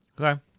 okay